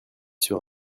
sur